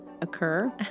occur